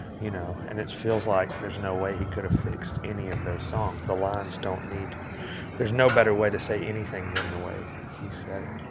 you know? and it feels like there's no way he could have fixed any of those songs. the lines don't need there's no better way to say anything than the way he said it.